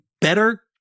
better